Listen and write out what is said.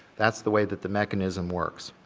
that's the way that the mechanism works.